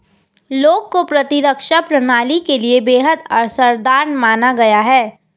लौंग को प्रतिरक्षा प्रणाली के लिए बेहद असरदार माना गया है